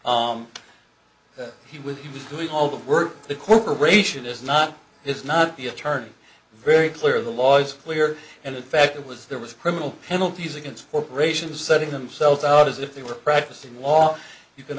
he was he was doing all the work the corporation is not is not the attorney very clear of the laws clear and in fact was there was criminal penalties against corporations setting themselves out as if they were practicing law you can